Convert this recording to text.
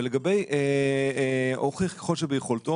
לגבי "הוכיח ככל שביכולתו",